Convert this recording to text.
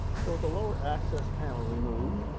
so the lower access panel removed,